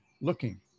looking